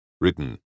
written